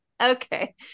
okay